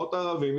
תיאטראות ערבים,